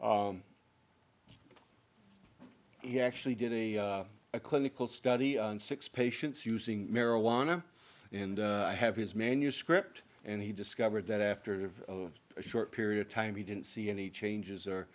he actually did a a clinical study on six patients using marijuana and have his manuscript and he discovered that after a short period of time he didn't see any changes